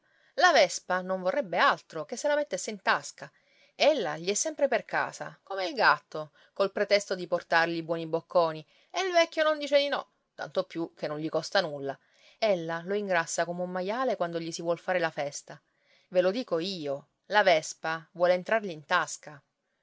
la vespa non vorrebbe altro che se la mettesse in tasca ella gli è sempre per casa come il gatto col pretesto di portargli i buoni bocconi e il vecchio non dice di no tanto più che non gli costa nulla ella lo ingrassa come un maiale quando gli si vuol fare la festa ve lo dico io la vespa vuole entrargli in tasca